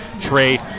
Trey